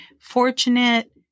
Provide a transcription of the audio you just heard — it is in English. fortunate